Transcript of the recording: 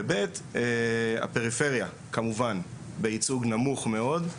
ושנית, הפריפריה כמובן בייצוג נמוך מאד,